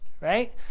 right